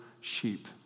sheep